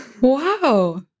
Wow